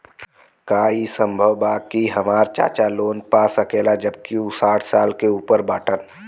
का ई संभव बा कि हमार चाचा लोन पा सकेला जबकि उ साठ साल से ऊपर बाटन?